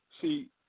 See